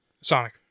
Sonic